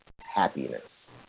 happiness